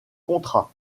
contrat